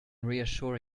reassure